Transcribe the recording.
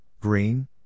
green